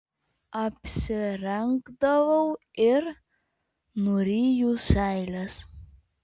apsirengdavau ir nuryju seiles